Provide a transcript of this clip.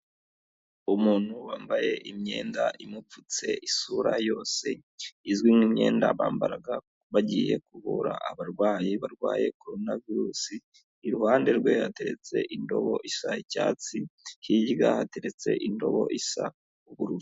Umuntu wambaye imyenda imupfutse isura yose, izwi nk'imyenda bambaraga bagiye kuvura abarwayi barwaye coronavirusi, iruhande rwe hateretse indobo isa icyatsi, hirya hateretse indobo isa ubururu.